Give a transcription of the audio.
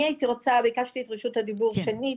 אני ביקשתי את רשות הדיבור שנית,